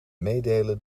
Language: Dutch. meedelen